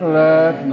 let